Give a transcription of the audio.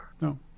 No